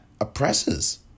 oppresses